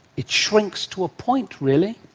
it shrinks to a point really.